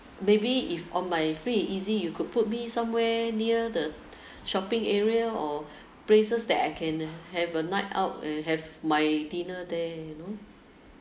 maybe if on my free and easy you could put me somewhere near the shopping area or places that I can have a night out uh have my dinner there you know